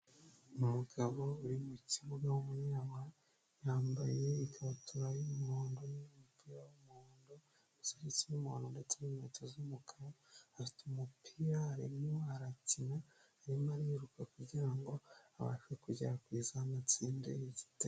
Umugabo uri mu kibuga, yambaye ikabutura y'umuhondo n'umupira w'umuhondo, amasogisi y'umuhondo ndetse n'inkweto z'umukara, afite umupira arimo arakina, arimo ariruka kugira ngo abashe kugera ku izamu atsinde igitego.